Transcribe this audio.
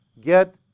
get